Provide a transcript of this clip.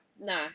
no